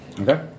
Okay